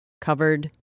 covered